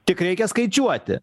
tik reikia skaičiuoti